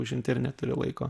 užimti ir neturi laiko